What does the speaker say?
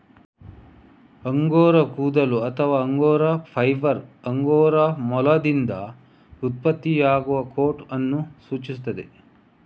angora ಕೂದಲು ಅಥವಾ angora fibre angora ಮೊಲದಿಂದ ಉತ್ಪತ್ತಿಯಾಗುವ ಕೋಟ್ ಅನ್ನು ಸೂಚಿಸುತ್ತದೆ